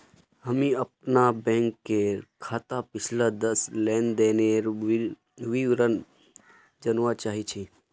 हामी अपनार बैंक खाताक पिछला दस लेनदनेर विवरण जनवा चाह छि